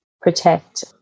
protect